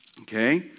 okay